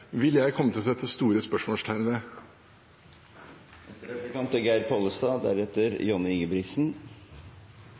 vil jeg komme til å sette store spørsmålstegn ved. Me har ei byråkratiregjering: Det er